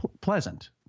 pleasant